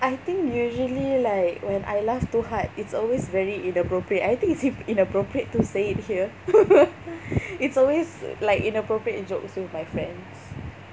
I think usually like when I laugh too hard it's always very inappropriate I think it's in~ inappropriate to say it here it's always like inappropriate jokes with my friends